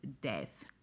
death